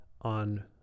on